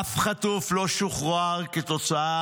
אף חטוף לא שוחרר כתוצאה